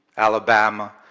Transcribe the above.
alabama,